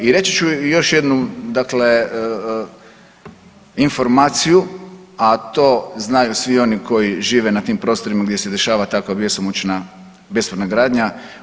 I reći ću još jednu dakle informaciju a to znaju svi oni koji žive na tim prostorima gdje se dešava takva bjesomučna bespravna gradnja.